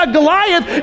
Goliath